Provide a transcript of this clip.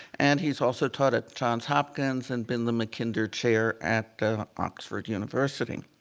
and he's also taught at johns hopkins and been the mackinder chair at oxford university.